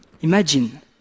Imagine